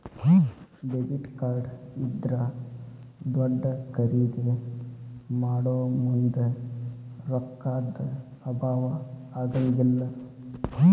debit card ಇದ್ರಾ ದೊಡ್ದ ಖರಿದೇ ಮಾಡೊಮುಂದ್ ರೊಕ್ಕಾ ದ್ ಅಭಾವಾ ಆಗಂಗಿಲ್ಲ್